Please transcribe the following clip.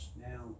now